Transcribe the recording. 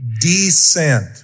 descent